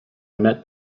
met